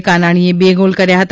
જય કાનાણીએ બે ગોલ કર્યા હતા